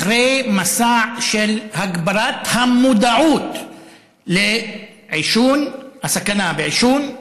אחרי מסע של הגברת המודעות לסכנה בעישון,